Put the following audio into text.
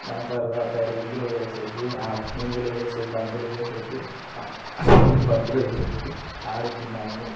దాని తరువాత రింగులు వేసేటివి ఆ రింగులు వేసే బంతులు వేసేటివి బంతులు వేసేవి ఆడుకున్నాము